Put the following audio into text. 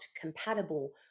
compatible